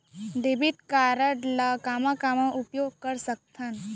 Debit card ला कामा कामा उपयोग कर सकथन?